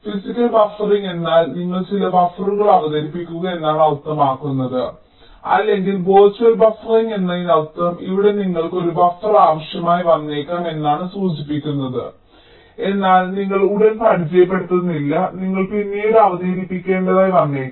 physical buffering എന്നാൽ നിങ്ങൾ ചില ബഫറുകൾ അവതരിപ്പിക്കുക എന്നാണ് അർത്ഥമാക്കുന്നത് അല്ലെങ്കിൽ വെർച്വൽ ബഫറിംഗ് എന്നതിനർത്ഥം ഇവിടെ നിങ്ങൾക്ക് ഒരു ബഫർ ആവശ്യമായി വന്നേക്കാം എന്നാണ് സൂചിപ്പിക്കുന്നത് എന്നാൽ നിങ്ങൾ ഉടൻ പരിചയപ്പെടുത്തുന്നില്ല നിങ്ങൾ പിന്നീട് അവതരിപ്പിക്കേണ്ടതായി വന്നേക്കാം